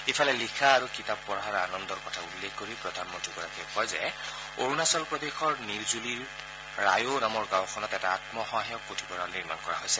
ইফালে লিখা আৰু কিতাপ পঢ়াৰ আনন্দৰ কথা উল্লেখ কৰি প্ৰধানমন্ত্ৰীগৰাকীয়ে কয় যে অৰুণাচল প্ৰদেশৰ নিৰজুলিৰ ৰায়ো নামৰ গাঁওখনত এটা আন্মসহায়ক পুথিভঁৰাল নিৰ্মাণ কৰা হৈছে